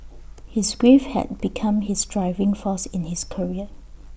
his grief had become his driving force in his career